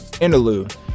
interlude